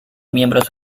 miembros